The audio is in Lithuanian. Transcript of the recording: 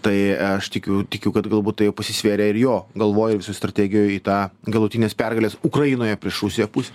tai aš tikiu tikiu kad galbūt tai jau pasisvėrė ir jo galvoj visoj strategijoj į tą galutinės pergalės ukrainoje prieš rusiją pusę